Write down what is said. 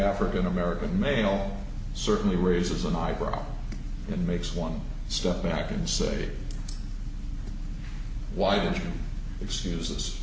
african american male certainly raises an eyebrow and makes one step back and say why did you excuse